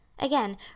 Again